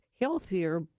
healthier